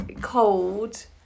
cold